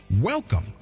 welcome